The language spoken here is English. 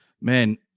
Man